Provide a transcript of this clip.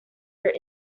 were